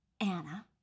Anna